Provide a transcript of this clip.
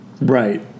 Right